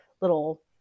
little